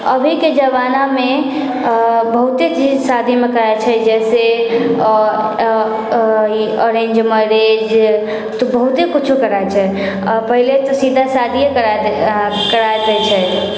अभीके जमानामे बहुते चीज शादीमे करै छै जाहिसे ई अरेन्ज मैरेज तऽ बहुते कुछौ कराइ छै पहले तऽ सीधा शादिये करा करा दै छै